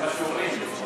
זה מה שאומרים לפחות.